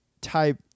type